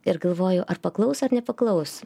ir galvoju ar paklaus ar nepaklaus